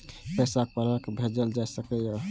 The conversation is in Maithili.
पैसा कोना भैजल जाय सके ये